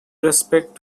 respect